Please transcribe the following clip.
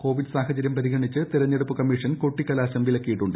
Covid സാഹചര്യം പരിഗണിച്ച് തെരഞ്ഞെടുപ്പ് കമീഷൻ കൊട്ടിക്കലാശം വിലക്കിയിട്ടുണ്ട്